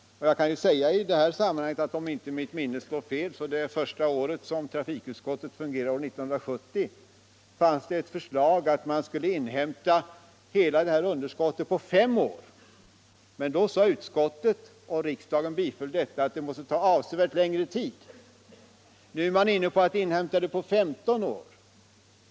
Jag kan i sammanhanget säga, att om inte mitt minne sviker mig fanns det 1970, det första året som trafikutskottet fungerade, ett förslag om att inhämta hela detta underskott på fem år. Den gången sade emel lertid utskottet, och riksdagen instämde, att det måste ta avsevärt längre tid. Nu är man inne på att inhämta underskottet på 15 år.